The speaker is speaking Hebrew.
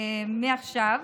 מעכשיו,